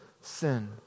sin